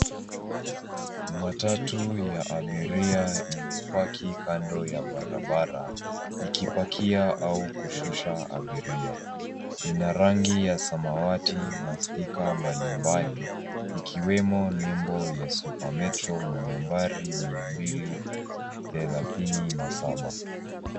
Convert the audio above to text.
Matatu ya abiria imepaki kando ya barabara ikipakia au kushusha abiria, ina rangi ya samawati na stika mbalimbali ikiwemo nimbo ya Supermetro una nambari mia mbili thelatini na saba.